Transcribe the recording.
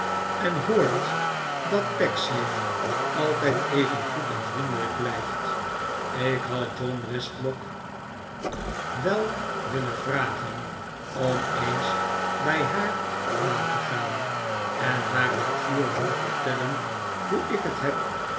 en hoort dat pecksniff altijd even goed en vriendelijk blijft ik had john westlock wel willen vragen om eens bij haar aan te gaan en haar uitvoerig te vertellen hoe ik het heb